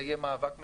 זה יהיה מאבק מסוים,